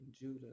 Judah